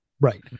Right